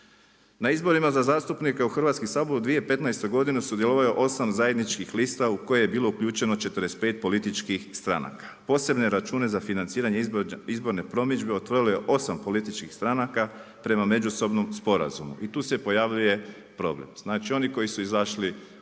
Na izborima za zastupnike u Hrvatski sabor u 2015. godini sudjelovalo je osam zajedničkih lista u koju je bilo uključeno 45 političkih stranaka. Posebne račune za financiranje izborne promidžbe otvorilo je osam političkih stranaka prema međusobnom sporazumu i tu je pojavljuje problem. znači oni koji su izašli